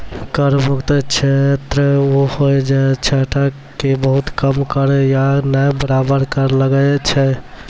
कर मुक्त क्षेत्र उ होय छै जैठां कि बहुत कम कर या नै बराबर कर लागै छै